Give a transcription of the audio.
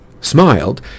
smiled